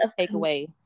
takeaway